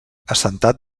assentat